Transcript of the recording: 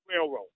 Railroad